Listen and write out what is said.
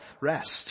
rest